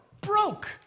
broke